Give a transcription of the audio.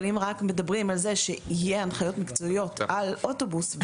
אבל אם רק מדברים על זה שיהיו הנחיות מקצועיות על אוטובוס,